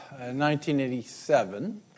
1987